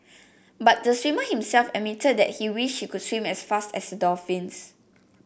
but the swimmer himself admitted that he wished he could swim as fast as the dolphins